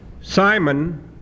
Simon